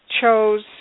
chose